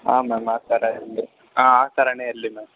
ಹಾಂ ಮ್ಯಾಮ್ ಆ ಥರ ಇರಲಿ ಹಾಂ ಆ ಥರನೇ ಇರಲಿ ಮ್ಯಾಮ್